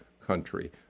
country